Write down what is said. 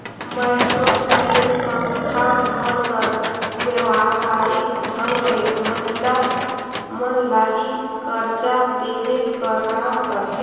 micro finance संस्था मन हर बेवहारिक ढंग ले महिला मन ल ही करजा देहे कर काम करथे